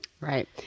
Right